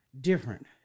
different